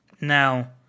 Now